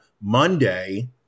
Monday